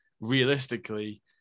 realistically